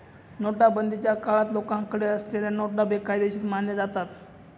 नोटाबंदीच्या काळात लोकांकडे असलेल्या नोटा बेकायदेशीर मानल्या जातात